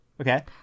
Okay